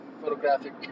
photographic